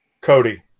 Cody